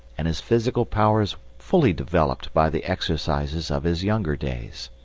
and his physical powers fully developed by the exercises of his younger days.